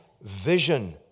vision